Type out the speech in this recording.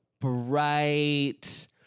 bright